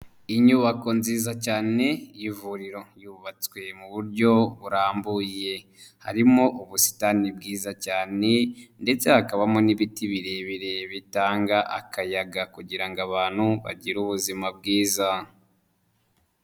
Inyubako nziza cyane y'ivuriro. Yubatswe mu buryo burambuye. Harimo ubusitani bwiza cyane ndetse hakabamo n'ibiti birebire bitanga akayaga kugira ngo abantu bagire ubuzima bwiza.